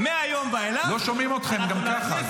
לא שומעים אתכם גם ככה.